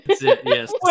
Yes